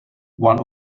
one